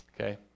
Okay